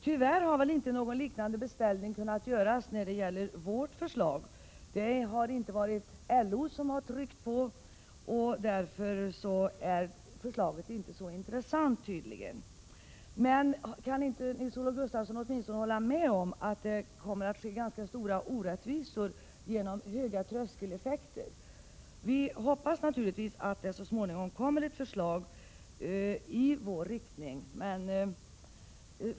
Någon liknande beställning har väl tyvärr inte kunnat göras när det gäller vårt förslag. LO har inte tryckt på, och därför har förslaget tydligen inte varit så intressant. Kan inte Nils-Olof Gustafsson åtminstone hålla med om att det kommer att ske ganska stora orättvisor på grund av höga tröskeleffekter? Vi hoppas naturligtvis att det så småningom kommer ett förslag i vår riktning.